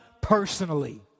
personally